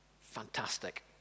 Fantastic